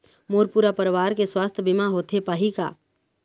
मोर पूरा परवार के सुवास्थ बीमा होथे पाही का?